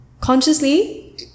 consciously